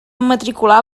matricular